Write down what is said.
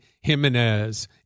Jimenez